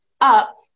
up